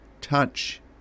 touch